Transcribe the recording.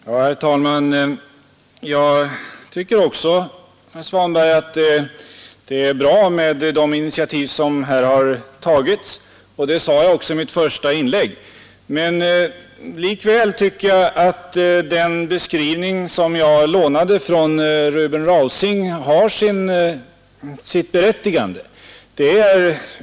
Herr talman! Också jag, herr Svanberg, tycker det är bra med de initiativ som här har tagits. Det sade jag också i mitt första inlägg, men likväl tycker jag att den beskrivning som jag lånade från Ruben Rausing har sitt berättigande.